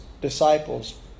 disciples